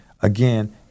again